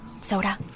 Soda